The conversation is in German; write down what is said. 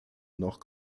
noch